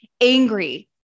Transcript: angry